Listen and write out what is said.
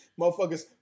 Motherfuckers